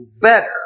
better